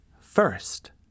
first